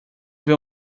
ver